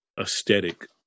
aesthetic